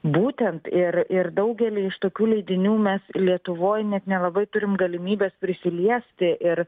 būtent ir ir daugelį iš tokių leidinių mes lietuvoj net nelabai turim galimybės prisiliesti ir